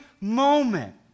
moment